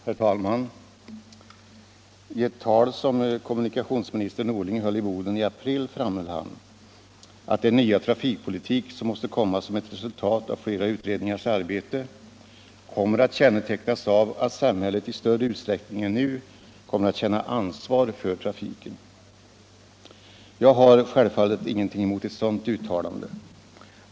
Herr talman! I ett tal som kommunikationsminister Norling höll i Boden i april framhöll han, att den nya trafikpolitik, som måste bli ett resultat av flera utredningars arbete, kommer att kännetecknas av att samhället i större utsträckning än nu kommer att känna ansvar för trafiken. Jag har ingenting emot ett sådant uttalande.